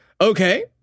Okay